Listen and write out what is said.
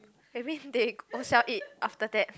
maybe they ownself eat after that